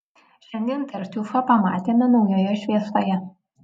šiandien tartiufą pamatėme naujoje šviesoje